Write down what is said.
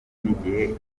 n’igihe